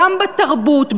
גם בתרבות.